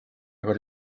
aga